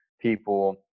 people